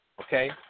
Okay